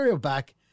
back